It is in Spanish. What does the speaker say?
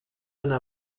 una